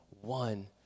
one